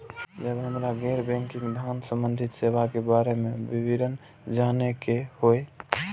जब हमरा गैर बैंकिंग धान संबंधी सेवा के बारे में विवरण जानय के होय?